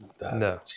No